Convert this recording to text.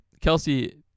Kelsey